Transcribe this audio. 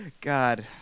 God